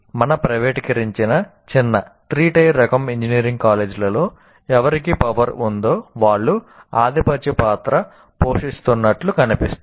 మన ప్రైవేటీకరించిన చిన్న ఉందో' వాళ్ళు ఆధిపత్య పాత్ర పోషిస్తున్నట్లు కనిపిస్తోంది